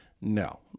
No